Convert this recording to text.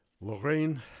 Lorraine